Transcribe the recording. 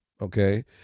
Okay